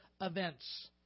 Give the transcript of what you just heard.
events